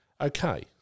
Okay